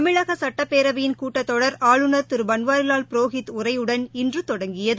தமிழக சட்டப்பேரவையின் கூட்டத் தொடர் ஆளுநர் திரு பன்வாரிலால் புரோஹித் உரையுடன் இன்று தொடங்கியது